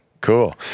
Cool